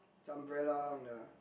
it's umbrella on the